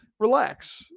relax